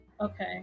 Okay